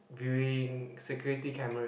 viewing security cameras